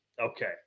okay